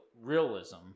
realism